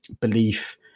belief